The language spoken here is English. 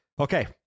Okay